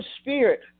spirit